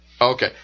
Okay